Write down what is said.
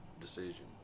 decision